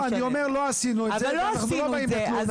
אני אומר לא עשינו את זה ואנחנו לא באים בתלונה.